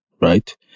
right